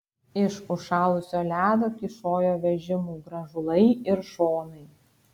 iš užšalusio ledo kyšojo vežimų grąžulai ir šonai